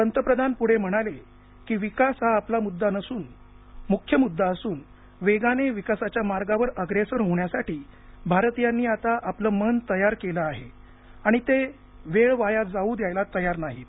पंतप्रधान पुढ म्हणाले की विकास हा आपला मुख्य मुद्दा असून वेगाने विकासाच्या मार्गावर अग्रेसर होण्यासाठी भारतीयांनी आता आपल मन तयार केलं आहे आणि ते वेळ वाया जाऊ द्यायला तयार नाहीत